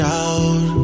out